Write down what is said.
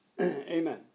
Amen